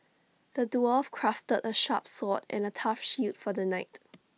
the dwarf crafted A sharp sword and A tough shield for the knight